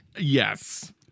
Yes